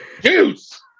Juice